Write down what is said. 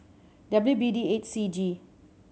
W B D eight C G